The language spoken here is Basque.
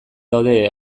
daude